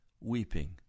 weeping